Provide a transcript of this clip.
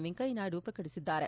ವೆಂಕಯ್ಯನಾಯ್ಡು ಪ್ರಕಟಿಸಿದ್ದಾರೆ